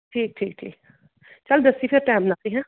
ਠੀਕ ਠੀਕ ਠੀਕ ਚੱਲ ਦੱਸੀਂ ਫੇਰ ਟਾਈਮ ਨਾਲ ਠੀਕ ਆ